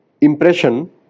impression